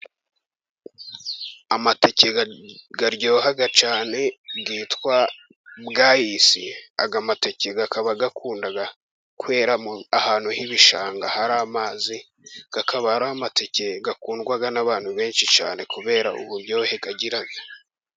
Amateke aryoha cyane yitwa bwayisi, aya mateke akaba akunda kwera ahantu h'ibishanga hari amazi, akaba ari amateke akundwa n'abantu benshi cyane kubera uburyohe agira.